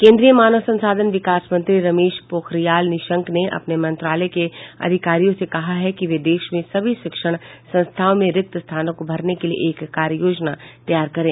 केन्द्रीय मानव संसाधन विकास मंत्री रमेश पोखरियाल निशंक ने अपने मंत्रालय के अधिकारियों से कहा है कि वे देश में सभी शिक्षण संस्थानों में रिक्त स्थानों को भरने के लिए एक कार्ययोजना तैयार करें